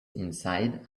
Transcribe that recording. inside